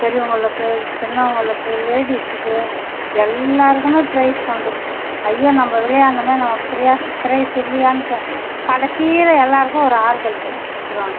பெரியவங்களுக்கு சின்னவங்களுக்கு லேடிஸுக்கு எல்லோருக்குமே ப்ரைஸ் உண்டு ஐயோ நம்ம விளையாண்டோமே நமக்கு ப்ரேயஸ் ப்ரைஸ் இல்லையாம் அங்கே கடைசீல எல்லோருக்கும் ஒரு ஆறுதல் ப்ரைஸ் கொடுத்துருவாங்கோ